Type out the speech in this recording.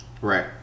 Right